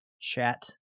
chat